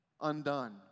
undone